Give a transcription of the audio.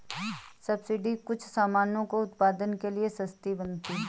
subsidy कुछ सामानों को उत्पादन के लिए सस्ती बनाती है